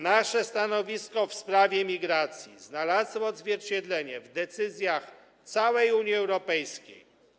Nasze stanowisko w sprawie migracji znalazło odzwierciedlenie w decyzjach całej Unii Europejskiej.